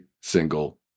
single